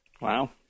Wow